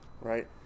right